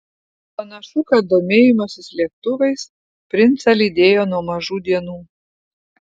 panašu kad domėjimasis lėktuvais princą lydėjo nuo mažų dienų